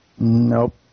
Nope